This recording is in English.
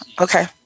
okay